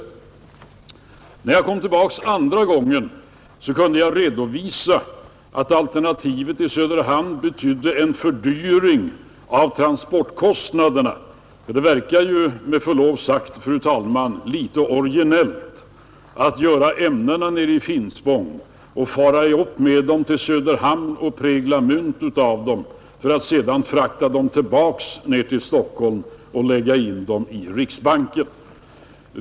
När jag kom tillbaka andra gången kunde jag redovisa att alternativet Söderhamn betydde en fördyring av transportkostnaderna, och det verkar med förlov sagt, fru talman, litet originellt att göra ämnena nere i Finspång, fara upp med dem till Söderhamn och prägla mynt av dem för att sedan frakta dem tillbaka ner till Stockholm och lägga in dem i riksbanken.